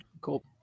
cool